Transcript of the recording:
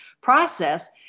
process